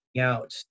out